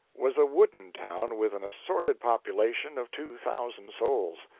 was a wooden town with an assorted population of two thousand souls.